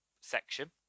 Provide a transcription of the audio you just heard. section